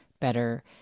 better